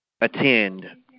attend